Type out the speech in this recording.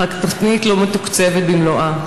אבל היא לא מתוקצבת במלואה.